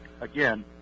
again